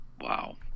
Wow